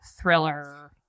thriller